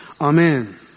Amen